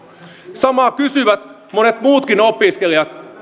samaa kysyvät monet muutkin opiskelijat